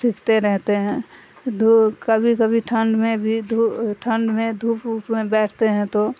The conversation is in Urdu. سیکھتے رہتے ہیں دھو کبھی کبھی ٹھنڈ میں بھی دھ ٹھنڈ میں دھوپ اھوپ میں بیٹھتے ہیں تو